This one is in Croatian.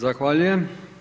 Zahvaljujem.